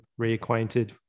reacquainted